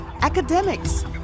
academics